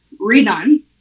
redone